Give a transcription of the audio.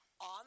on